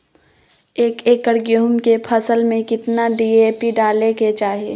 एक एकड़ गेहूं के फसल में कितना डी.ए.पी डाले के चाहि?